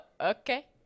okay